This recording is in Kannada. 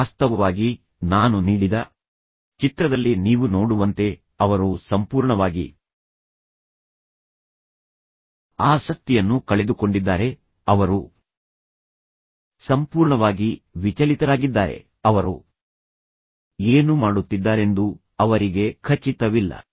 ವಾಸ್ತವವಾಗಿ ನಾನು ನೀಡಿದ ಚಿತ್ರದಲ್ಲಿ ನೀವು ನೋಡುವಂತೆ ಅವರು ಸಂಪೂರ್ಣವಾಗಿ ಆಸಕ್ತಿಯನ್ನು ಕಳೆದುಕೊಂಡಿದ್ದಾರೆ ಅವರು ಸಂಪೂರ್ಣವಾಗಿ ವಿಚಲಿತರಾಗಿದ್ದಾರೆ ಅವರು ಏನು ಮಾಡುತ್ತಿದ್ದಾರೆಂದು ಅವರಿಗೆ ಖಚಿತವಿಲ್ಲ